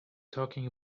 talking